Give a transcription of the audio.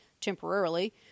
temporarily